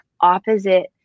opposite